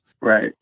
Right